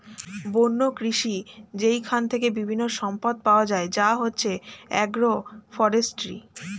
বন্য কৃষি যেইখান থেকে বিভিন্ন সম্পদ পাওয়া যায় যা হচ্ছে এগ্রো ফরেষ্ট্রী